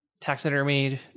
taxidermied